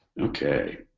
Okay